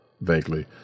vaguely